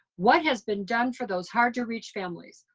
what has been done for those hard to reach families?